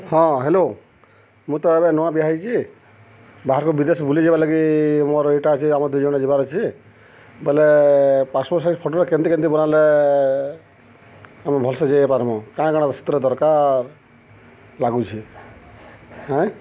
ହଁ ହାଲୋ ମୁଇଁ ତ ଏବେ ନୂଆ ବିହା ହେଇଚି ବାହାରକୁ ବିଦେଶ ବୁଲିଯିବାର୍ ଲାଗି ମୋର୍ ଇଟା ଅଛି ଆମର୍ ଦୁଇ ଜଣ ଯିବାର୍ ଅଛି ବଏଲେ ପାସ୍ପୋର୍ଟ୍ ସାଇଜ୍ ଫଟୋଟା କେମିତି କେମିତି ବନାଲେ ଆମେ ଭଲ୍ସେ ଯାଇପାର୍ମୁ କାଁ କାଣା ସେଥିରେ ଦର୍କାର୍ ଲାଗୁଛେ ହେଁ